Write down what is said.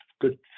good